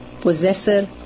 possessor